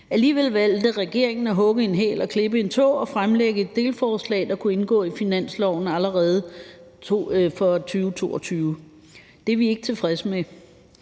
Alligevel valgte regeringen at hugge en hæl og klippe en tå og fremlægge et delforslag, der allerede kunne indgå i finansloven for 2022. Det er vi ikke tilfredse med,